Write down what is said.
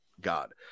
God